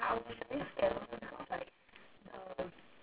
oh oh my gosh must be so awkward